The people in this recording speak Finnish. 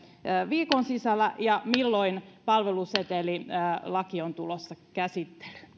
viikon sisällä lääkärin vastaanotolle ja milloin palvelusetelilaki on tulossa käsittelyyn